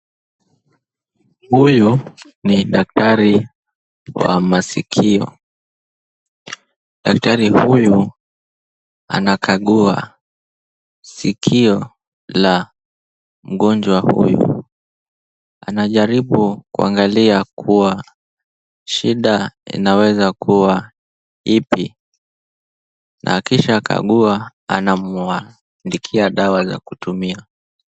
Huyu ni daktari wa masikio. Daktari huyu anakagua sikio la mgonjwa huyu. Anajaribu kuangalia kuwa shida inaweza kuwa ipi na akishakagua anamwandikia dawa za kutumia.